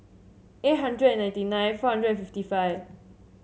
eight hundred and ninety nine four hundred and fifty five